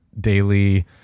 daily